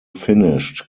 finished